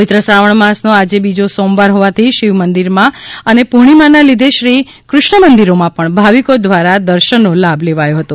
પવિત્ર શ્રાવણ માસનો આજે બીજો સોમવાર હોવાથી શિવ મંદીરોમાં અને પુર્ણીમાના લીધે શ્રી કૃષ્ણ મંદીરોમાં પણ ભાવિકો દ્વારા દર્શનનો લાભ લેવાયો હતો